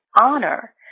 honor